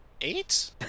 eight